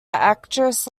actress